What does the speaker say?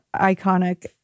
iconic